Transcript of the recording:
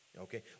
okay